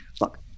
look